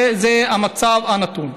זה המצב הנתון.